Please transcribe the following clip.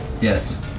Yes